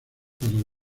para